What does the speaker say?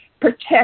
Protect